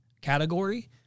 category